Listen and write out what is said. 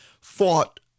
fought